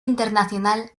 internacional